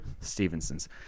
Stevenson's